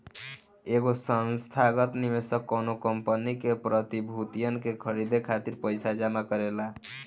एगो संस्थागत निवेशक कौनो कंपनी के प्रतिभूतियन के खरीदे खातिर पईसा जमा करेला